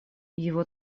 его